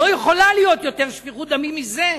לא יכולה להיות יותר שפיכות דמים מזה.